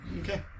Okay